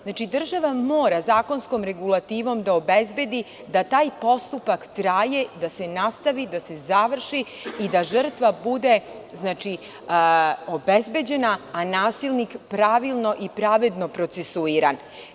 Znači, država mora zakonskom regulativom da obezbedi da taj postupak traje, da se nastavi, da se završi i da žrtva bude obezbeđena, a nasilnik pravilno i pravedno procesuiran.